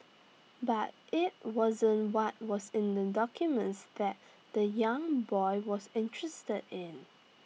but IT wasn't what was in the documents that the young boy was interested in